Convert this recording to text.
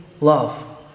love